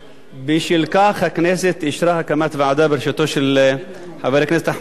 בשל כך הכנסת אישרה הקמת ועדה בראשותו של חבר הכנסת אחמד טיבי,